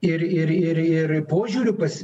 ir ir ir ir požiūriu pas